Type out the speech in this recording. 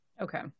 Okay